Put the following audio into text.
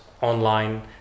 online